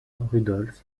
rudolph